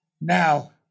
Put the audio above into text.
Now